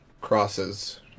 crosses